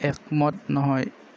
একমত নহয়